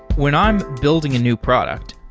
when i'm building a new product,